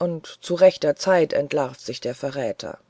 noch zu rechter zeit entlarvt sich der verräter